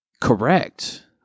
Correct